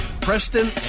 Preston